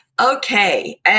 Okay